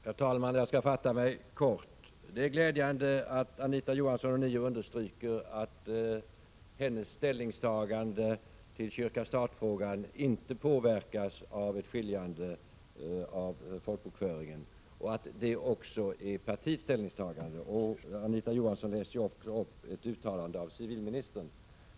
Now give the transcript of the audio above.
Herr talman! Jag skall fatta mig kort. Det är glädjande att Anita Johansson ånyo understryker att hennes ställningstagande till kyrka—stat-frågan inte påverkas av ett skiljande av folkbokföringen och att detta också är partiets ställningstagande. Anita Johansson läste också upp ett uttalande av civilministern.